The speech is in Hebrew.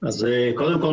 אז קודם כל,